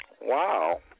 wow